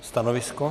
Stanovisko?